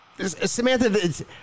Samantha